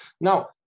now